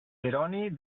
jeroni